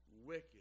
wicked